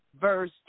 Verse